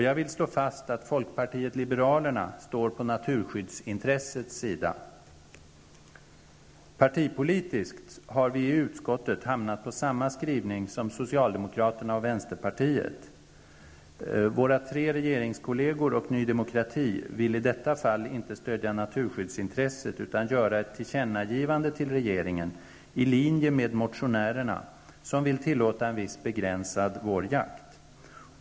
Jag vill slå fast att folkpartiet liberalerna står på naturskyddsintressets sida. Partipolitiskt har vi i utskottet hamnat på samma skrivning som socialdemokraterna och vänsterpartiet. Våra tre regeringskolleger och Ny Demokrati vill i detta fall inte stödja naturskyddsintresset utan göra ett tillkännagivande till regeringen i linje med motionärerna, som vill tillåta viss begränsad vårjakt.